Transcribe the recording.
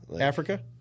Africa